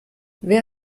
wer